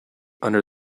under